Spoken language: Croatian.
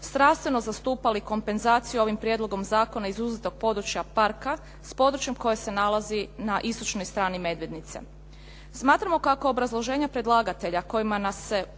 strastveno zastupali kompenzaciju ovim prijedlogom zakona izuzetog područja parka s područjem koje se nalazi na istočnoj strani Medvednice. Smatramo kako obrazloženje predlagatelja kojima nas se